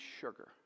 sugar